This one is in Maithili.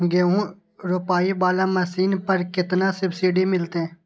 गेहूं रोपाई वाला मशीन पर केतना सब्सिडी मिलते?